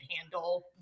handle